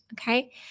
okay